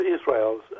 Israel's